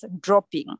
dropping